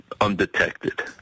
Undetected